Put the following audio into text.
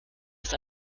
ist